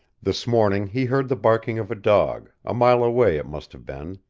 this morning he heard the barking of a dog, a mile away it must have been,